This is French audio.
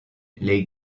les